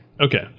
Okay